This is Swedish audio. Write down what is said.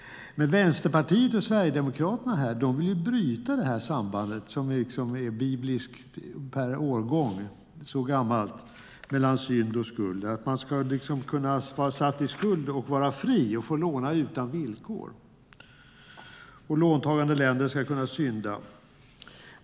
Men Vänsterpartiet och Sverigedemokraterna vill här bryta detta samband mellan synd och skuld som är bibliskt per årgång, så gammalt. Man ska kunna vara satt i skuld och vara fri och få låna utan villkor, och låntagande länder ska kunna synda.